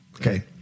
Okay